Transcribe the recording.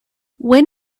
when